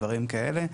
דברים כאלה,